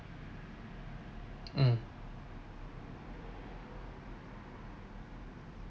mm